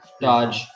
dodge